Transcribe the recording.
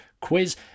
quiz